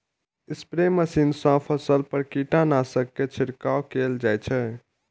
spray machine सं फसल पर कीटनाशक के छिड़काव कैल जाइ छै